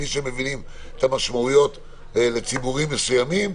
בלי שהם מבינים את המשמעויות לציבורים מסוימים,